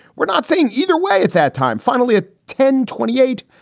we're not saying either way at that time. finally, at ten twenty eight.